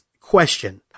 question